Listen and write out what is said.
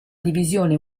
divisione